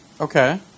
Okay